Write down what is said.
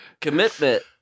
commitment